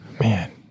man